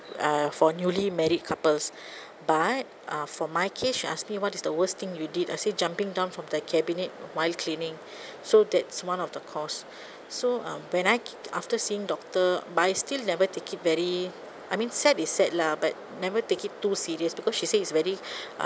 uh for newly married couples but for my case she asked me what is the worst thing you did I say jumping down from the cabinet while cleaning so that's one of the cause so um when I after seeing doctor but I still never take it very I mean sad is sad lah but never take it too serious because she say it's very uh